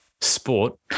sport